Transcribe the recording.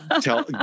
Tell